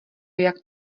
jak